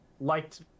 liked